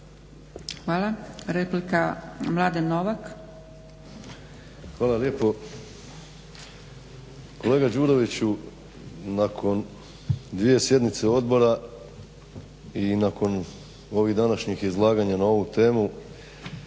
- Stranka rada)** Hvala lijepo. Kolega Đuroviću, nakon dvije sjednice odbora i nakon ovih današnjih izlaganja na ovu temu